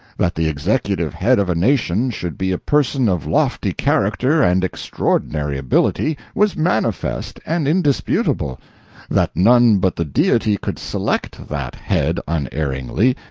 that the executive head of a nation should be a person of lofty character and extraordinary ability, was manifest and indisputable that none but the deity could select that head unerringly,